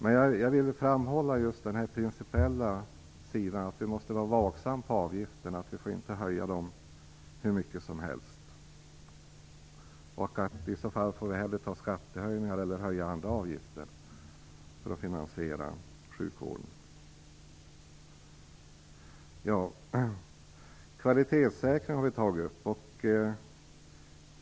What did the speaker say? Men jag vill framhålla just den principiella sidan, att vi måste vara vaksamma i fråga om avgifterna och att vi inte får höja dem hur mycket som helst. I så fall får vi hellre införa skattehöjningar eller höja andra avgifter för att finansiera sjukvården. Vi har även tagit upp kvalitetssäkring.